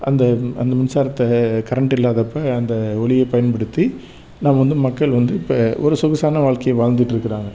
அந்த அந்த மின்சாரத்தை கரண்ட் இல்லாதப்போ அந்த ஒளியை பயன்படுத்தி நம்ம வந்து மக்கள் வந்து இப்போ ஒரு சொகுசான வாழ்க்கைய வாழ்ந்துட்ருக்குறாங்க